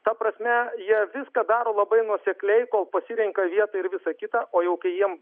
ta prasme jie viską daro labai nuosekliai kol pasirenka vietą ir visa kita o jau kai jiem